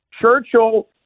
Churchill